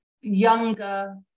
Younger